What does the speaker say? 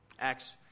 acts